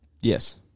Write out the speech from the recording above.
Yes